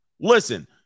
Listen